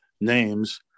names